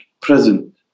present